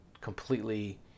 completely